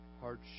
hardship